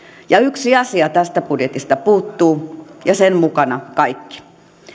yksi asia tästä budjetista puuttuu ja sen mukana kaikki